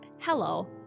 hello